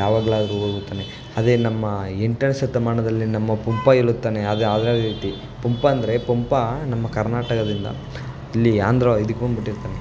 ಯಾವಾಗ್ಲಾದರೂ ಅದೇ ನಮ್ಮ ಎಂಟನೇ ಶತಮಾನದಲ್ಲಿ ನಮ್ಮ ಪಂಪ ಹೇಳುತ್ತಾನೆ ಆಗ ಅದೇ ರೀತಿ ಪಂಪ ಅಂದರೆ ಪಂಪ ನಮ್ಮ ಕರ್ನಾಟಕದಿಂದ ಇಲ್ಲಿ ಆಂಧ್ರ ಇದಕ್ಕೆ ಬಂದುಬಿಟ್ಟಿರ್ತಾನೆ